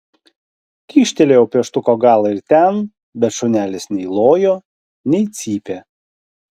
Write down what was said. kyštelėjau pieštuko galą ir ten bet šunelis nei lojo nei cypė